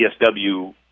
CSW